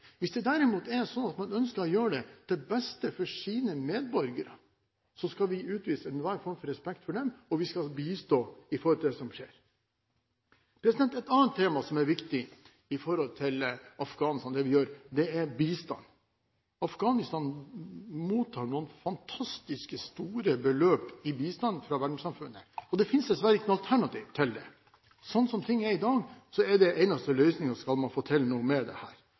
Hvis det derimot er slik at man ønsker å gjøre det til beste for sine medborgere, skal vi utvise enhver form for respekt for dem, og vi skal bistå i det som skjer. Et annet tema som er viktig når det gjelder Afghanistan og det vi gjør, er bistand. Afghanistan mottar noen fantastisk store beløp i bistand fra verdenssamfunnet, og det finnes dessverre ikke noe alternativ til det. Slik det er i dag, er det den eneste løsningen hvis man skal få til noe. Det